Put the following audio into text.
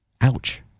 Ouch